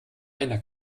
einer